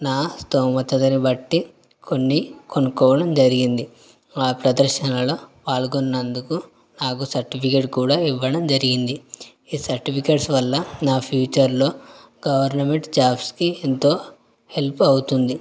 నా స్థోమతను బట్టి కొన్ని కొనుక్కోవడం జరిగింది ఆ ప్రదర్శనలో పాల్గొన్నందుకు నాకు సర్టిఫికెట్ కూడా ఇవ్వడం జరిగింది ఈ సర్టిఫికెట్స్ వల్ల నా ఫ్యూచర్లో గవర్నమెంట్ జాబ్స్కి ఎంతో హెల్ప్ అవుతుంది